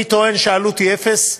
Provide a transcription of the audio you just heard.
אני טוען שהעלות היא אפס,